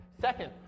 Second